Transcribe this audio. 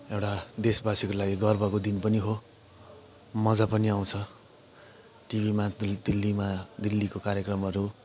देशवासीको लागि गर्वको दिन पनि हो मजा पनि आउँछ टिभीमा दिल्लीमा दिल्लीको कार्यक्रमहरू